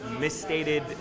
misstated